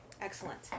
Excellent